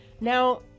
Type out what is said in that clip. Now